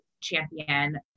champion